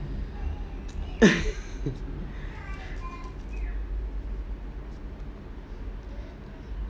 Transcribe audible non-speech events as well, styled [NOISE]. [LAUGHS]